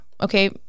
Okay